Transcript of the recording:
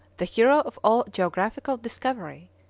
the hero of all geographical discovery,